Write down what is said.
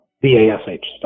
B-A-S-H